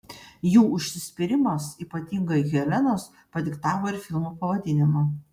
jų užsispyrimas ypatingai helenos padiktavo ir filmo pavadinimą